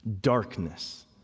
Darkness